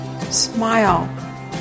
smile